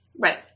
Right